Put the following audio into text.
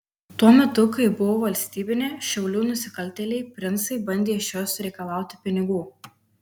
tuo metu kai ji buvo valstybinė šiaulių nusikaltėliai princai bandė iš jos reikalauti pinigų